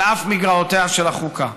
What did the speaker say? על אף מגרעותיה של החוקה".